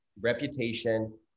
reputation